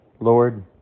Lord